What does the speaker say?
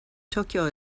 tokyo